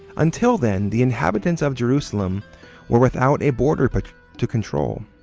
until then, the inhabitants of jerusalem were without a border but to control.